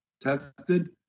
tested